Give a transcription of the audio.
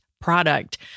product